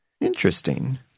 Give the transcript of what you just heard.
Interesting